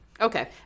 Okay